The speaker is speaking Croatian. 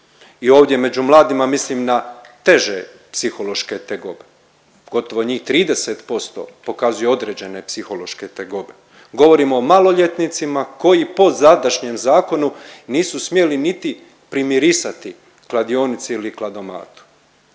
I ovdje među mladima mislim na teže psihološke tegobe, gotovo njih 30% pokazuje određene psihološke tegobe, govorimo o maloljetnicima koji po sadašnjem zakonu nisu smjeli niti primirisati kladionici ili kladomatu.